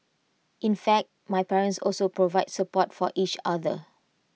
in fact my parents also provide support for each other